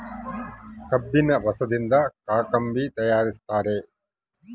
ಕಬ್ಬಿಣ ರಸದಿಂದ ಕಾಕಂಬಿ ತಯಾರಿಸ್ತಾರ